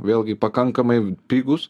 vėlgi pakankamai pigūs